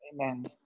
Amen